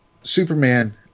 Superman